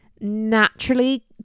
naturally